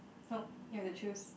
nope you have to choose